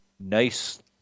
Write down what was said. Nice